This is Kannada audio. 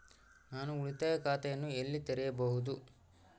ನಾನು ಉಳಿತಾಯ ಖಾತೆಯನ್ನು ಎಲ್ಲಿ ತೆರೆಯಬಹುದು?